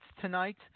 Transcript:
tonight